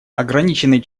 ограниченный